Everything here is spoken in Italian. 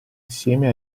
insieme